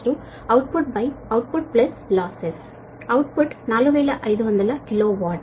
Efficiencyoutputoutputlosses output 4500 kilo watt